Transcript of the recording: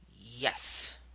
Yes